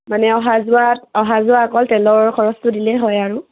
মানে অহা যোৱাত অহা যোৱা অকল তেলৰ খৰচটো দিলেই হয় আৰু